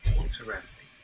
Interesting